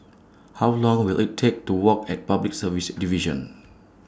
How Long Will IT Take to Walk At Public Service Division